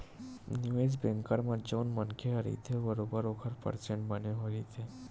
निवेस बेंकर म जउन मनखे ह रहिथे बरोबर ओखर परसेंट बने होय रहिथे